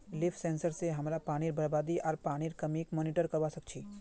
leaf sensor स हमरा पानीर बरबादी आर पानीर कमीक मॉनिटर करवा सक छी